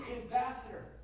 ambassador